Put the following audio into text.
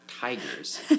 tigers